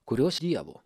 kurios dievo